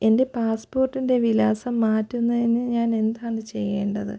എൻ്റെ പാസ്സ്പോർട്ടിൻ്റെ വിലാസം മാറ്റുന്നതിന് ഞാനെന്താണ് ചെയ്യേണ്ടത്